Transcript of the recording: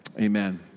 Amen